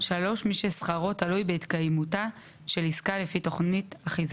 מי ששכרו תלוי בהתקיימותה של עסקה לפי תוכנית החיזוק.